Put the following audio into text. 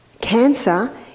cancer